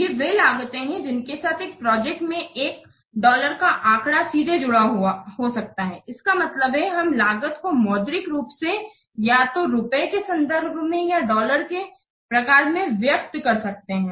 ये वे लागतें हैं जिनके साथ एक प्रोजेक्ट में एक डॉलर का आंकड़ा सीधे जुड़ा हो सकता है इसका मतलब है हम लागत को मौद्रिक रूप से या तो रुपये के संदर्भ में या डॉलर के प्रकार में व्यक्त कर सकते हैं